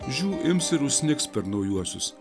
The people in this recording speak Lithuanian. žiū ims ir užsnigs per naujuosius